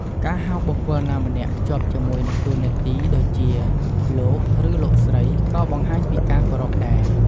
ការហៅបុគ្គលណាម្នាក់ភ្ជាប់ជាមួយនឹងតួនាទី ដូចជា លោក ឬ លោកស្រី ក៏បង្ហាញពីការគោរពដែរ។